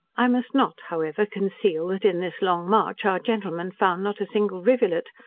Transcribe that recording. i must not, however, conceal, that in this long march, our gentlemen found not a single rivulet,